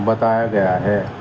بتایا گیا ہے